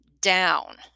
down